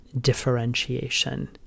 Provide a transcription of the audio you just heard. differentiation